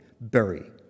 bury